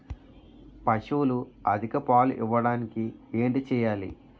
పశువులు అధిక పాలు ఇవ్వడానికి ఏంటి చేయాలి